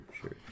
sure